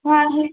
ಹಾಂ ಹೇಳಿ